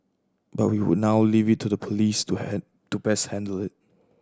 but we would now leave it to the police to to best handle it